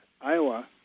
Iowa